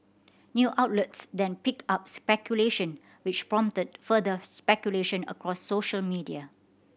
new outlets then picked up speculation which prompted further speculation across social media